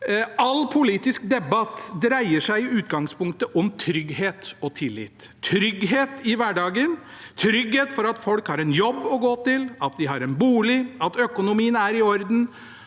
All politisk debatt dreier seg i utgangspunktet om trygghet og tillit: trygghet i hverdagen, trygghet for at folk har en jobb å gå til, at de har en bolig, at økonomien er i orden,